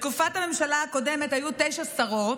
בתקופת הממשלה הקודמת היו תשע שרות,